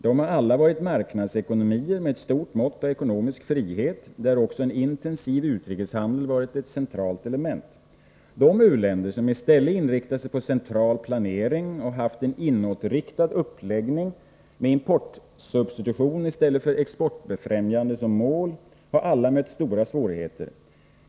De har alla varit marknadsekonomier med ett stort mått av ekonomisk frihet, där också en intensiv utrikeshandel varit ett centralt element. De u-länder som i stället inriktat sig på en central planering och haft en inåtriktad uppläggning med importsubstitution i stället för exportbefrämjande som mål har alla mött stora svårigheter.